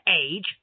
age